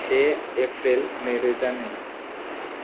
से एप्रिल नैरोजा नै